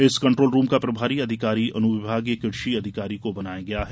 इस control room का प्रभारी अधिकारी अनुविभागीय कृषि अधिकारी को बनाया गया है